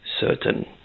certain